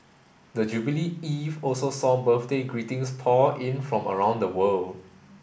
the jubilee eve also saw birthday greetings pour in from around the world